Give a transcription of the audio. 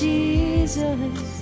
Jesus